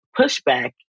pushback